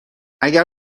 اگر